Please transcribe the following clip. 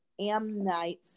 Amnites